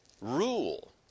rule